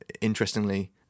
Interestingly